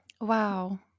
Wow